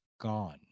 gone